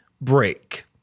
break